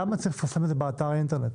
למה צריך לפרסם את זה באתר האינטרנט?